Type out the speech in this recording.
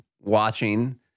watching